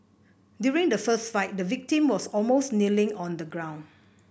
during the fist fight the victim was almost kneeling on the ground